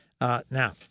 Now